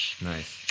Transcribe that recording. Nice